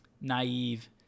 naive